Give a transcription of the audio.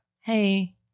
hey